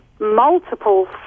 multiple